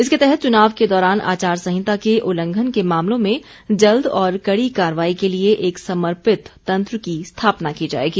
इसके तहत चुनाव के दौरान आचार संहिता के उल्लंघन के मामलों में जल्द और कड़ी कार्रवाई के लिए एक समर्पित तंत्र की स्थापना की जाएगी